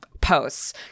posts